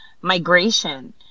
migration